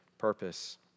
Purpose